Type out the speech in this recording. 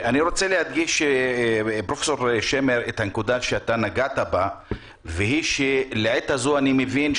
אני רוצה להדגיש את הנקודה שנגעת בה והיא שלעת הזאת אני מבין,